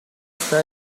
está